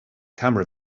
camera